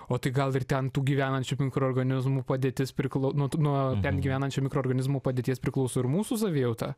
o tai gal ir ten tų gyvenančių mikroorganizmų padėtis priklau nuo nuo ten gyvenančių mikroorganizmų padėties priklauso ir mūsų savijauta